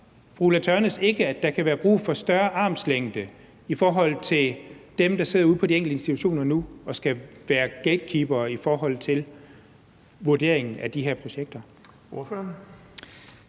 fru Ulla Tørnæs ikke, at der kan være brug for større armslængde i forhold til dem, der sidder ude på de enkelte institutioner nu og skal være gatekeepere i forhold til vurderingen af de her projekter?